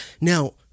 Now